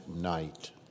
night